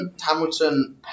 Hamilton